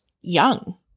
young